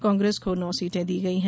कांग्रेस को नौ सीटें दी गई हैं